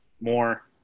more